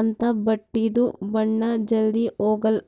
ಅಂಥಾ ಬಟ್ಟಿದು ಬಣ್ಣಾ ಜಲ್ಧಿ ಹೊಗಾಲ್